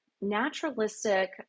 naturalistic